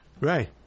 Right